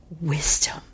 wisdom